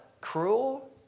cruel